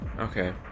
okay